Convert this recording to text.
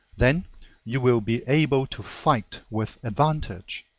then you will be able to fight with advantage.